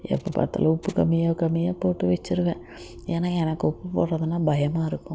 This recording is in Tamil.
எப்போ பார்த்தாலும் உப்பு கம்மியாக கம்மியாக போட்டு வச்சுருவேன் ஏன்னால் எனக்கு உப்பு போடுறதுன்னா பயமாக இருக்கும்